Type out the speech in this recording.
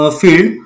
field